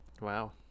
Wow